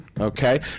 okay